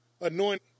anoint